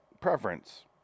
preference